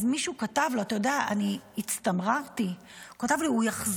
אז מישהו כתב לו, אתה יודע, הצטמררתי, הוא יחזור,